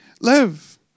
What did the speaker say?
live